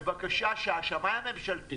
בבקשה, שהשמאי הממשלתי